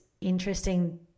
interesting